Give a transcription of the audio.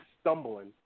stumbling